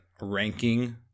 ranking